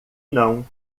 não